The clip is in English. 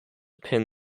pin